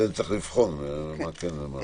צריך לבחון מה כן ומה לא.